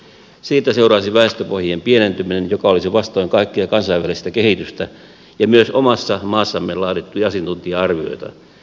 siitä seuraisi väestöpohjien pienentyminen joka olisi vastoin kaikkea kansainvälistä kehitystä ja myös omassa maassamme laadittuja asiantuntija arvioita